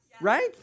right